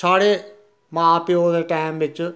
स्हाड़े मां प्यो दे टैम बिच्च